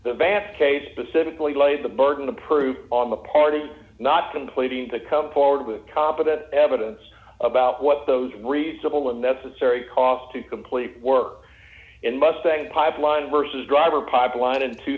the vast case specifically lays the burden of proof on the party not completing to come forward with competent evidence about what those reasonable and necessary cost to complete work in mustang pipeline versus driver pipeline in two